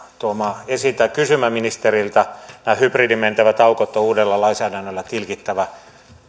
tuomaan esiin tai kysymään ministeriltä nämä hybridinmentävät aukot on uudella lainsäädännöllä tilkittävä